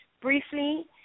briefly